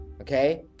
okay